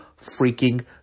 freaking